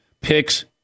picks